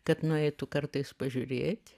kad nueitų kartais pažiūrėt